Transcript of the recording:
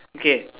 okay